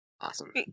awesome